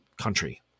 country